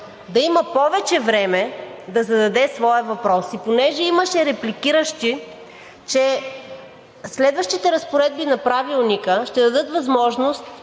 да има повече време да зададе своя въпрос. Понеже имаше репликиращи, че следващите разпоредби на Правилника ще дадат възможност